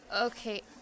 Okay